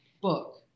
book